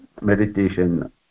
meditation